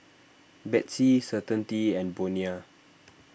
Betsy Certainty and Bonia